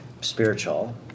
spiritual